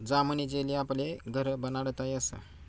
जामनी जेली आपले घर बनाडता यस